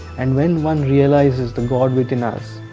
and when one realizes the god within us,